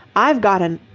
i've got an.